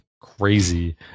crazy